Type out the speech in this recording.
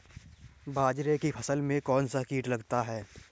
बाजरे की फसल में कौन सा कीट लगता है?